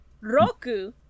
Roku